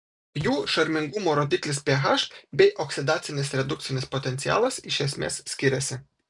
jų šarmingumo rodiklis ph bei oksidacinis redukcinis potencialas iš esmės skiriasi